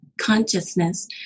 consciousness